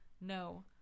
No